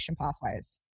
pathways